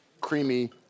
creamy